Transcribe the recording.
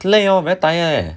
累哦 very tired leh